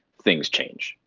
things change.